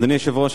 אדוני היושב-ראש,